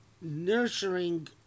nurturing